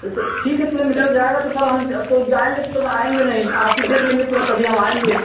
तो चल ठीक है किलोमीटर में जाएगा तो सर हम तो जाएँगे तो तो हम आएँगे नहीं आरती देख लेंगे पूरा तभी हम आएँगे